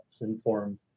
inform